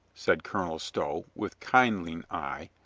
said colonel stow, with kindling eye.